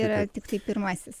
yra tiktai pirmasis